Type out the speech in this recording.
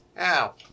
Ow